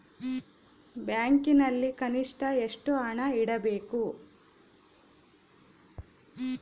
ಬ್ಯಾಂಕಿನಲ್ಲಿ ಕನಿಷ್ಟ ಎಷ್ಟು ಹಣ ಇಡಬೇಕು?